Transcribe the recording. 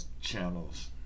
channels